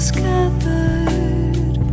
Scattered